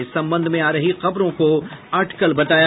इस संबंध में आ रही खबरों को अटकल बताया